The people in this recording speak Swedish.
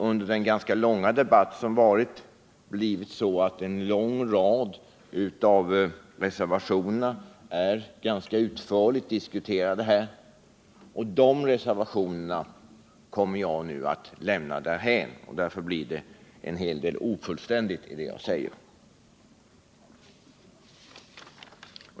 Under den ganska långa debatt som varit har en lång rad av reservationerna blivit tämligen utförligt diskuterade, och dem kommer jag nu att lämna därhän. Därför blir det en del ofullständigheter idet jag säger.